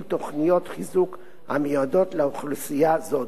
תוכניות חיזוק המיועדות לאוכלוסייה זאת,